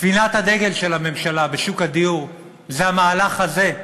ספינת הדגל של הממשלה בשוק הדיור, זה המהלך הזה,